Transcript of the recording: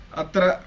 atra